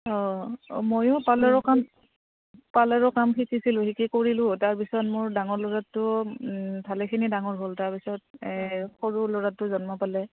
অঁ ময়ো পাৰ্লাৰৰ কাম পাৰ্লাৰৰ কাম শিকিছিলোঁ শিকি কৰিলোঁ তাৰপিছত মোৰ ডাঙৰ ল'ৰাটো ভালেখিনি ডাঙৰ হ'ল তাৰপিছত সৰু ল'ৰাটো জন্ম পালে